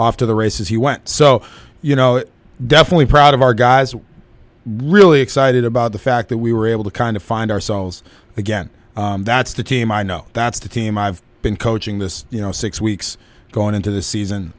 to the races he went so you know definitely proud of our guys were really excited about the fact that we were able to kind of find ourselves again that's the team i know that's the team i've been coaching this you know six weeks going into the